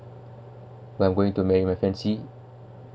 I'm going to marry my fiancee